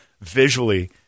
visually